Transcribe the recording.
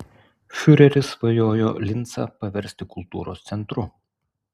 fiureris svajojo lincą paversti kultūros centru